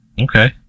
okay